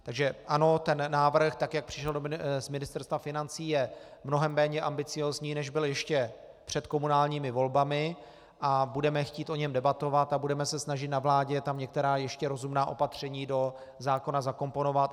Takže ano, ten návrh, tak jak přišel z Ministerstva financí, je mnohem méně ambiciózní, než byl ještě před komunálními volbami a budeme chtít o něm debatovat a budeme se snažit na vládě tam ještě některá rozumná opatření do zákona zakomponovat.